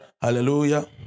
hallelujah